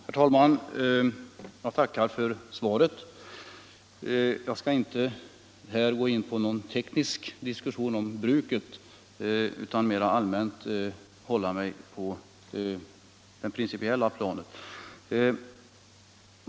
| Herr talman! Jag tackar för svaret. Jag skall inte här gå in på någon teknisk diskussion om bruket utan hålla mig på det mer allmänt prirncipiella planet.